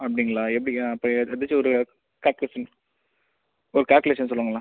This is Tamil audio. அப்படிங்களா எப்படி அப்போ எப்படியாச்சும் ஒரு கால்குலேஷன் ஒரு கால்குலேஷன் சொல்லுங்களேன்